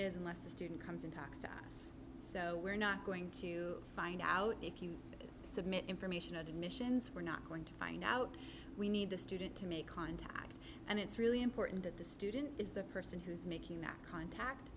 is unless the student comes and talks to us so we're not going to find out if you submit information admissions we're not going to find out we need the student to make contact and it's really important that the student is the person who's making that contact